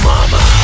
Mama